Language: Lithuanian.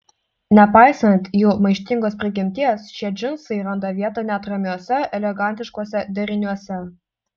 nepaisant jų maištingos prigimties šie džinsai randa vietą net ramiuose elegantiškuose deriniuose